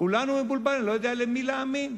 כולי מבולבל, אני לא יודע למי להאמין.